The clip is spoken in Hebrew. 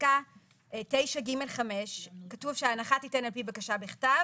בפסקה 9(ג)(5) כתוב שההנחה תינתן על פי בקשה בכתב